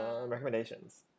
Recommendations